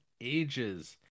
ages